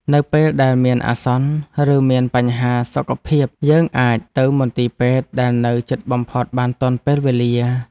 នៅពេលដែលមានអាសន្ន ឬមានបញ្ហាសុខភាព យើងអាចទៅមន្ទីរពេទ្យដែលនៅជិតបំផុតបានទាន់ពេលវេលា។